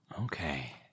Okay